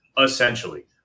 essentially